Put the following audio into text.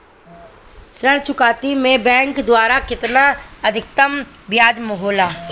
ऋण चुकौती में बैंक द्वारा केतना अधीक्तम ब्याज होला?